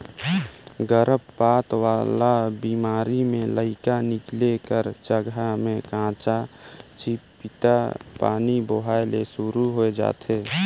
गरभपात वाला बेमारी में लइका निकले कर जघा में कंचा चिपपिता पानी बोहाए ले सुरु होय जाथे